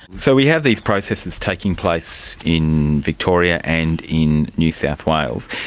so we have these processes taking place in victoria and in new south wales.